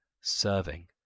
Serving